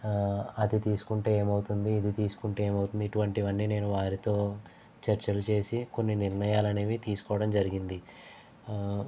అది తీసుకుంటే ఏమవుతుంది ఇది తీసుకుంటే ఏమవుతుంది ఇటువంటివన్నీ నేను వారితో చర్చలు చేసి కొన్ని నిర్ణయాలు అనేవి తీసుకోవడం జరిగింది